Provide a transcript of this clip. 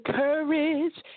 courage